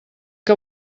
que